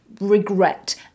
regret